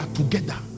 together